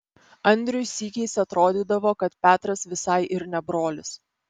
andriui sykiais atrodydavo kad petras visai ir ne brolis